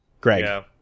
Greg